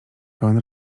pełen